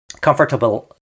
Comfortable